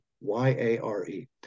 Y-A-R-E